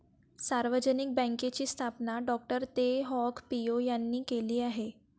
सार्वजनिक बँकेची स्थापना डॉ तेह हाँग पिओ यांनी केली आहे